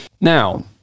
Now